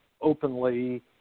openly